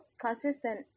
Consistent